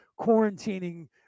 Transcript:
quarantining